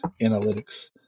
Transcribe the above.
analytics